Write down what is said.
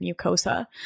mucosa